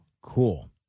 Cool